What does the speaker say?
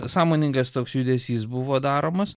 sąmoningas toks judesys buvo daromas